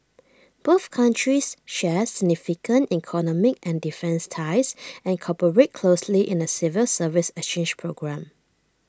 both countries share significant economic and defence ties and cooperate closely in A civil service exchange programme